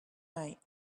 night